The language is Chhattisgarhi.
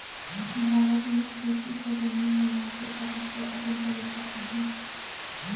भारत में खेती कर जमीन ल नापे कर अब्बड़ अकन तरीका अहे